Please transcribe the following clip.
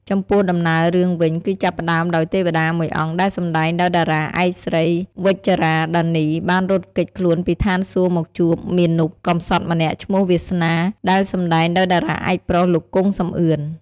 ចំពោះដំណើររឿងវិញ គឹចាប់ផ្ដើមដោយទេវតាមួយអង្គដែលសម្ដែងដោយតារាឯកស្រី វិជ្ជរា ដានី បានរត់គេចខ្លួនពីឋានសួគ៌មកជួបមាណពកំសត់ម្នាក់ឈ្មោះវាសនា ដែលសម្ដែងដោយតារាឯកប្រុស លោកគង់ សំអឿន។